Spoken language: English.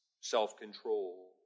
self-control